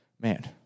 man